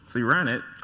we ran it.